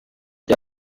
bya